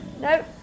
Nope